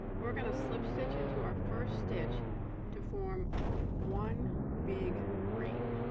and we're gonna slip stitch into our first stitch to form one big ring